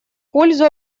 пользу